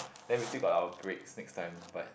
then we still got our breaks next time but